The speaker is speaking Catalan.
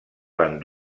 van